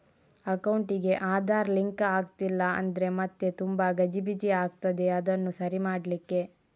ಅಕೌಂಟಿಗೆ ಆಧಾರ್ ಲಿಂಕ್ ಆಗ್ಲಿಲ್ಲ ಅಂದ್ರೆ ಮತ್ತೆ ತುಂಬಾ ಗಜಿಬಿಜಿ ಆಗ್ತದೆ ಅದನ್ನು ಸರಿ ಮಾಡ್ಲಿಕ್ಕೆ